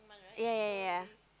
ya ya ya ya